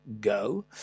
go